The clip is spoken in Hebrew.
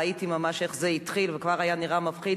ראיתי ממש איך זה התחיל, וכבר זה נראה מפחיד.